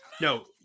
No